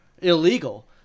illegal